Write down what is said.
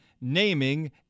naming